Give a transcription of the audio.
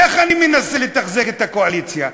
איך אני מנסה לתחזק את הקואליציה?